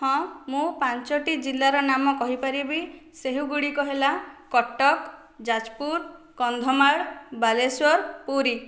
ହଁ ମୁଁ ପାଞ୍ଚୋଟି ଜିଲ୍ଲାର ନାମ କହିପାରିବି ସେହିଗୁଡ଼ିକ ହେଲା କଟକ ଯାଜପୁର କନ୍ଧମାଳ ବାଲେଶ୍ୱର ପୁରୀ